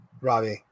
Robbie